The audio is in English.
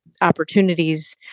opportunities